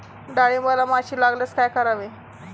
डाळींबाला माशी लागल्यास काय करावे?